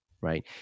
right